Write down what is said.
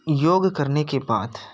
योग करने के बाद